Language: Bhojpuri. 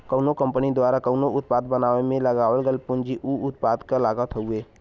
कउनो कंपनी द्वारा कउनो उत्पाद बनावे में लगावल गयल पूंजी उ उत्पाद क लागत हउवे